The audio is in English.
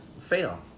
fail